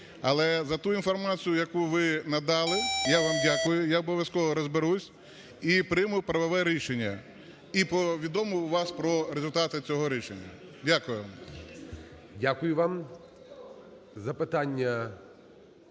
Але за ту інформацію, яку ви надали, я вам дякую, я обов'язково розберуся і прийму правове рішення, і повідомлю вас про результати цього рішення. Дякую